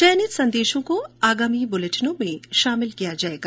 चयनित संदेशों को आगामी बुलेटिनों में शामिल किया जाएगा